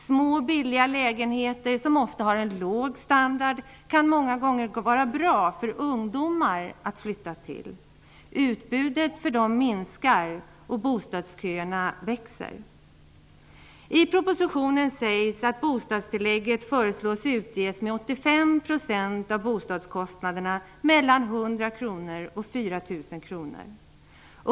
Små billiga lägenheter, som ofta har en låg standard, kan många gånger vara bra för ungdomar att flytta till. Utbudet för dem minskar, och bostadsköerna växer. kr och 4 000 kr.